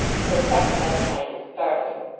for a check of that kind is startling.